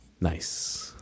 Nice